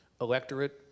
electorate